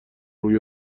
روی